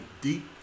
deep